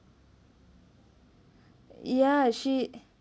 ya she